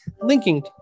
linking